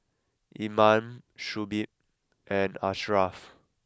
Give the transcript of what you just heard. Iman Shuib and Ashraff